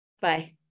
Bye